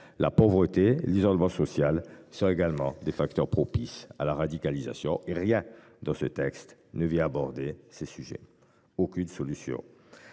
La pauvreté et l’isolement social sont des facteurs propices à la radicalisation. Rien dans ce texte ne vient aborder ces sujets. Aucune solution